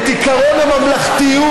את עקרון הממלכתיות.